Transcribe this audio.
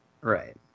Right